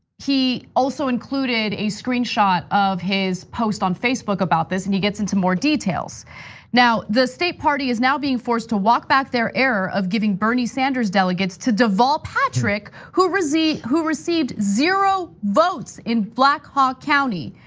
he also included a screen shot of his post on facebook about this and he gets into more details now, the state party is now being forced to walk back their error of giving bernie sanders delegates to deval patrick, who received who received zero votes in black hawk county.